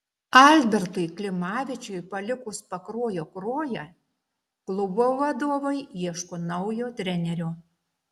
albertui klimavičiui palikus pakruojo kruoją klubo vadovai ieško naujo trenerio